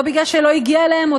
או משום שלא הגיע אליהם,